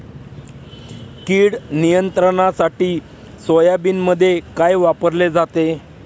कीड नियंत्रणासाठी सोयाबीनमध्ये काय वापरले जाते?